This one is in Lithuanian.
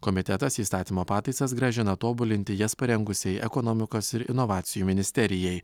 komitetas įstatymo pataisas grąžina tobulinti jas parengusiai ekonomikos ir inovacijų ministerijai